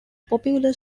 populous